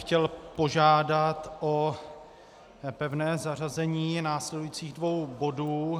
Chtěl bych požádat o pevné zařazení následujících dvou bodů.